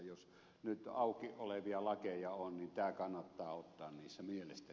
jos nyt auki olevia lakeja on jakanut auttamisen mielestä